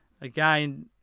again